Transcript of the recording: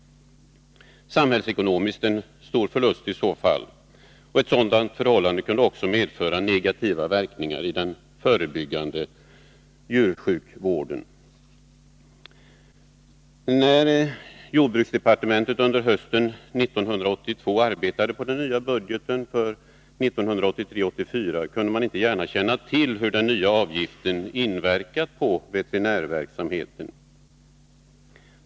Samhällsekonomiskt skulle detta i så fall innebära en stor förlust och kunna medföra negativa verkningar i den förebyggande djursjukvården. När jordbruksdepartementet under hösten 1982 arbetade på den nya budgeten för 1983/84 kunde man inte gärna känna till hur den nya avgiften hade inverkat på veterinärverksamheten.